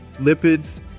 lipids